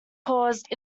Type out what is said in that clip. caused